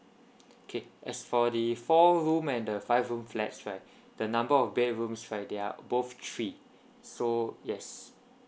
okay as for the four room and the five room flats right the number of bedrooms right they are both three so yes